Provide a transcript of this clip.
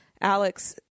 Alex